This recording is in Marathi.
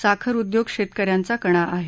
साखर उद्योग शेतकऱ्यांचा कणा आहे